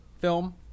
film